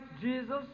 Jesus